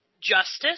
justice